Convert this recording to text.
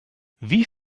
wie